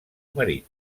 marit